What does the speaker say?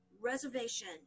reservation